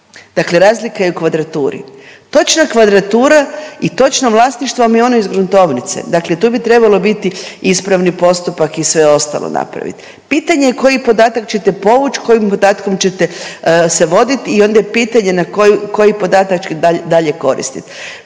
Dakle razlika je u kvadraturi. Točna kvadratura i točno vlasništvo vam je ono iz gruntovnice, dakle tu bi trebalo biti ispravni postupak i sve ostalo napraviti. Pitanje koji podatak ćete povući, kojim podatkom ćete se voditi i onda je pitanje na koji podatak dalje koristit.